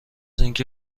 اینکه